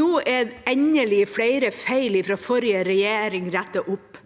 Nå er endelig flere feil fra forrige regjering rettet opp.